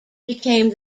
became